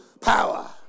power